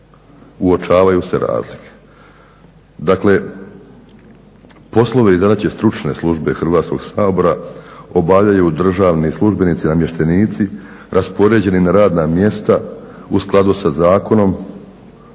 uočavaju se razlike. Dakle, poslove i zadaće Stručne službe Hrvatskog sabora obavljaju državni službenici, namještenici raspoređeni na radna mjesta u skladu sa zakonom